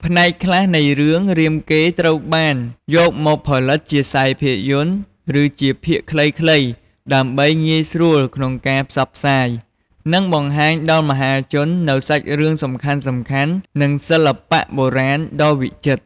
ផ្នែកខ្លះនៃរឿង រាមកេរ្តិ៍ ត្រូវបានយកមកផលិតជាខ្សែភាពយន្ត ឬជាភាគខ្លីៗ ដើម្បីងាយស្រួលក្នុងការផ្សព្វផ្សាយ និងបង្ហាញដល់មហាជននូវសាច់រឿងសំខាន់ៗ និងសិល្បៈបុរាណដ៏វិចិត្រ។